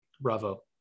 bravo